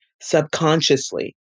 subconsciously